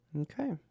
Okay